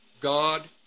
God